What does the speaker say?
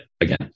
again